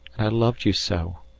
and i loved you so.